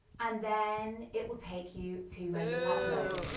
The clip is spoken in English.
and then it will take you to where you upload.